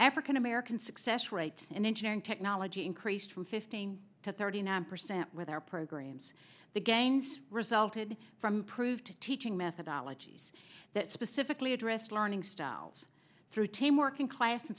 african american success rate in engineering technology we increased from fifteen to thirty nine percent with our programs the gains resulted from proved teaching methodology that specifically addressed learning styles through team working class